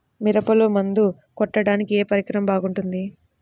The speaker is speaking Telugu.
మిరపలో మందు కొట్టాడానికి ఏ పరికరం బాగుంటుంది?